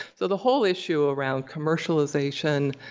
so the whole issue around commercialization,